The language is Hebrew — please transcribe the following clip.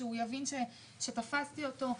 שהוא יבין שתפסתי אותו.